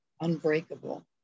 unbreakable